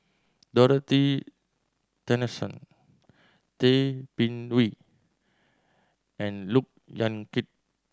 Dorothy Tessensohn Tay Bin Wee and Look Yan Kit